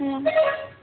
হুম